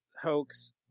hoax